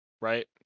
right